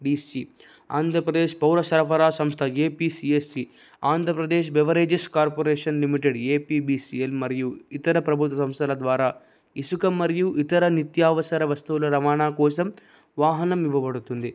BC Andhra Pradesh పౌర సరఫరా సంస్థ APCSC Andhra Pradesh beverages corporation limited APBC అని మరియు ఇతర ప్రభుత్వ సంస్థల ద్వారా ఇసుక మరియు ఇతర నిత్యావసర వస్తువుల రవాణా కోసం వాహనం ఇవ్వబడుతుంది